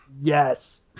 Yes